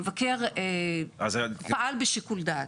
המבקר פעל בשיקול דעת.